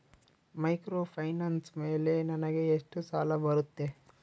Microfinance ಮೇಲೆ ನನಗೆ ಎಷ್ಟು ಸಾಲ ಬರುತ್ತೆ?